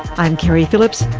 i'm keri phillips.